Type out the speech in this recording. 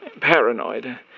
paranoid